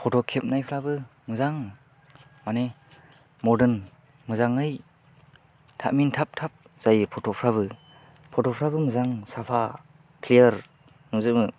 photo खेबनायफ्राबो मोजां माने मदार्न मोजाङै थामिन थाब थाब जायो फथ'फ्राबो फथ'फ्राबो मोजां साफा क्लियार नुजोबो